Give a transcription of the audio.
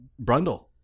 Brundle